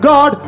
God